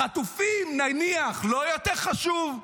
החטופים, נניח, לא יותר חשובים?